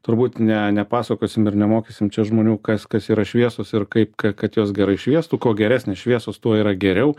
turbūt ne nepasakosim ir nemokysim čia žmonių kas kas yra šviesos ir kaip ka kad jos gerai šviestų kuo geresnė šviesos tuo yra geriau